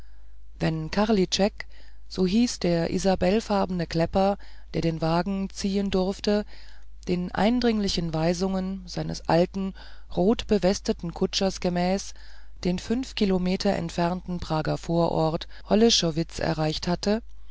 wenn karlitschek so hieß der isabellfarbige klepper der den wagen ziehen durfte den eindringlichen weisungen seines alten rotbewesteten kutschers gemäß den fünf kilometer entfernten prager vorort holleschowitz erreicht hatte